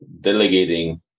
delegating